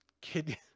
kid